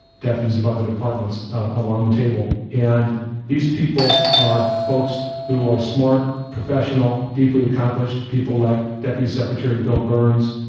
deputies of other departments along the table. and these people are folks who are smart, professional, deeply accomplished, people like deputy secretary bill burns,